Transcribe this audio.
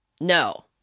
no